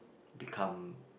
become